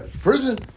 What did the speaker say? prison